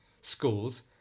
schools